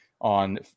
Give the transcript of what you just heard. on